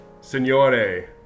Signore